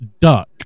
Duck